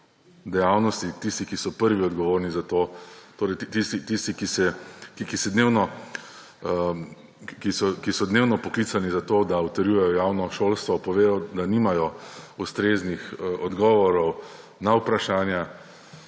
dejavnosti, tisti, ki so prvi odgovorni za to, torej tisti, ki so dnevno vpoklicani za to, da utrjujejo javno šolstvo, povedo, da nimajo ustreznih odgovorov na vprašanja